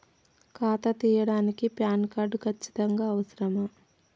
ఖాతా తీయడానికి pan card ఖచ్చితంగా అవసరమా?